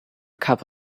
cup